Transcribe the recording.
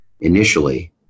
initially